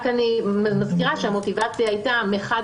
אני רק מזכירה שהמוטיבציה הייתה מחד